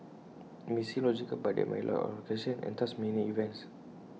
IT may seem logical but there might be A lot of classifications and thus many events